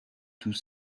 tout